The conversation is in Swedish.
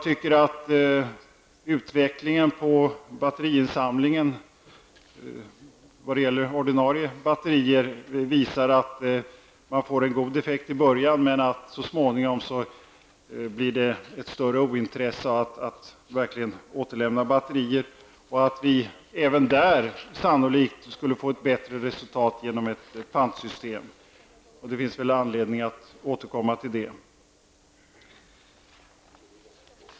Jag anser att utvecklingen när det gäller insamling av ordinarie batterier visar att man får en god effekt i början, men att ointresset så småningom blir större för att verkligen återlämna batterier. Även där skulle vi sannolikt få ett bättre resultat genom ett pantsystem. Det finns väl anledning att återkomma till det.